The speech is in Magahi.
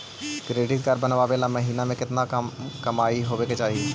क्रेडिट कार्ड बनबाबे ल महीना के केतना कमाइ होबे के चाही?